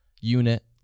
unit